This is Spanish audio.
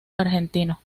argentino